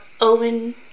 Owen